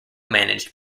managed